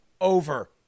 over